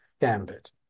gambit